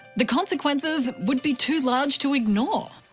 the consequences would be too large to ignore.